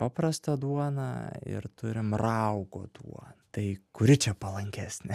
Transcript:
paprastą duoną ir turim raugo duoną tai kuri čia palankesnė